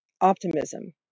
Optimism